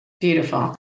Beautiful